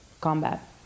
combat